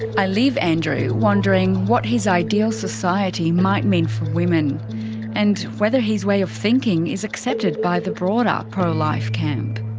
i leave andrew wondering what his ideal society might mean for women and whether his way of thinking is accepted by the broader pro-life camp.